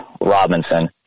Robinson